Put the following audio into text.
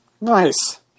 nice